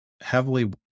heavily